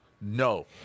no